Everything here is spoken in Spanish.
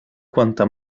cuanta